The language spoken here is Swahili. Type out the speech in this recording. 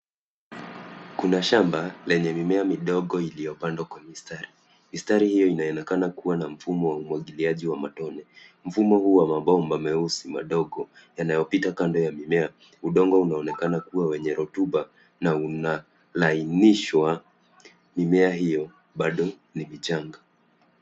Kuna shamba lenye mimea midogo iliyopandwa kwa mistari. Mistari hiyo inaonekana kuwa na mfumo wa umwangiliaji wa matone. Mfumo huo wa mabomba meusi madogo yanayopita kando ya mimea. Udongo unaonekana kuwa wenye rotuba na unalainishwa .Mimea hiyo bado ni michanga.